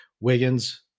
Wiggins